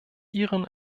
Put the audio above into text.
ihren